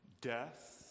death